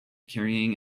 carrying